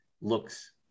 looks